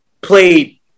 played